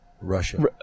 Russia